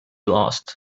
lost